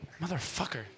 Motherfucker